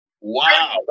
wow